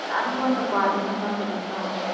ꯄꯨꯜꯂꯞ ꯌꯣꯟꯕ ꯀꯣ ꯑꯗꯨꯏ ꯃꯐꯝꯗꯨꯗ ꯀꯣ